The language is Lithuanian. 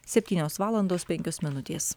septynios valandos penkios minutės